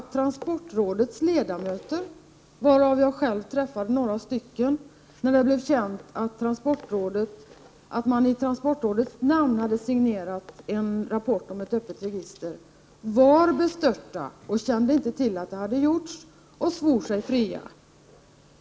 Transportrådets ledamöter, av vilka jag träffade några, blev när det blev känt att man i transportrådets namn signerat en rapport om ett öppet register bestörta och sade att de inte kände till att detta hade gjorts. De svor sig fria.